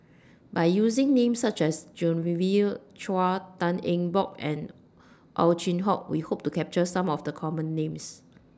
By using Names such as Genevieve Chua Tan Eng Bock and Ow Chin Hock We Hope to capture Some of The Common Names